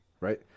Right